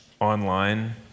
online